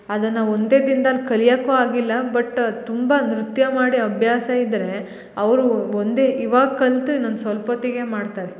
ಅದನ್ನು ಒಂದೇ ದಿನ್ದಲ್ಲಿ ಕಲಿಯಕು ಆಗಿಲ್ಲ ಬಟ್ ತುಂಬ ನೃತ್ಯ ಮಾಡಿ ಅಭ್ಯಾಸ ಇದ್ದರೆ ಅವರು ಒಂದೇ ಇವಾಗ ಕಲ್ತು ಇನ್ನೊಂದು ಸೊಲ್ಪೊತಿಗೆ ಮಾಡ್ತಾರೆ